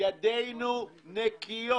- ידינו נקיות.